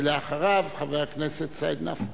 ואחריו, חבר הכנסת סעיד נפאע.